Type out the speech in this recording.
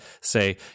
say